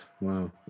Wow